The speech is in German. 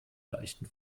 leichten